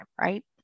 right